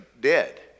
dead